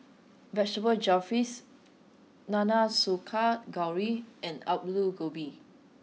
vegetable Jalfrezi Nanakusa gayu and Alu Gobi